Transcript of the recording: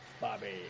Bobby